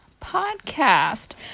podcast